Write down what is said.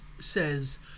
says